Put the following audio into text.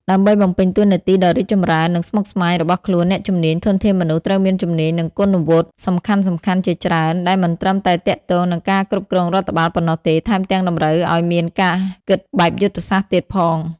ដើម្បីបំពេញតួនាទីដ៏រីកចម្រើន និងស្មុគស្មាញរបស់ខ្លួន អ្នកជំនាញ ធនធានមនុស្ស ត្រូវមានជំនាញ និងគុណវុឌ្ឍិសំខាន់ៗជាច្រើន ដែលមិនត្រឹមតែទាក់ទងនឹងការគ្រប់គ្រងរដ្ឋបាលប៉ុណ្ណោះទេ ថែមទាំងតម្រូវឱ្យមានការគិតបែបយុទ្ធសាស្ត្រទៀតផង។